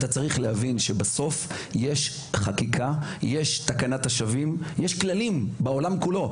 יש חקיקה, יש תקנת השבים ויש כללים בעולם כולו.